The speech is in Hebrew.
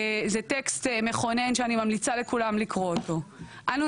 זה טקסט מכונן שאני ממליצה לכולם לקרוא אותו: אנו